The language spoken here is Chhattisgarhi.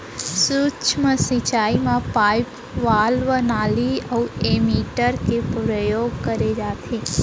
सूक्ष्म सिंचई म पाइप, वाल्व, नाली अउ एमीटर के परयोग करे जाथे